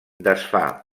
desfà